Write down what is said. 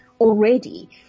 already